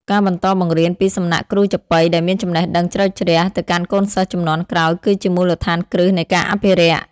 ការបន្តបង្រៀនពីសំណាក់គ្រូចាប៉ីដែលមានចំណេះដឹងជ្រៅជ្រះ ទៅកាន់កូនសិស្សជំនាន់ក្រោយ គឺជាមូលដ្ឋានគ្រឹះនៃការអភិរក្ស។